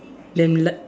then la~